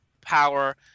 power